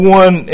one